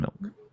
milk